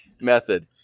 method